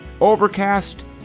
Overcast